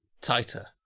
tighter